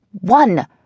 One